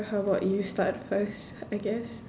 how about you start first I guess